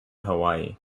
hawaii